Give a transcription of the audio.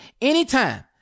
anytime